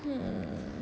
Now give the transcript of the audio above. um